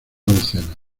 docena